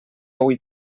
huit